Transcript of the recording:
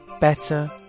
Better